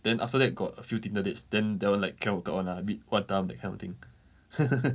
then after that got a few Tinder dates then that one like cannot 搞 one lah a bit quite dumb that kind of thing